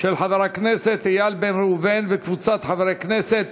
של חבר הכנסת איל בן ראובן וקבוצת חברי הכנסת.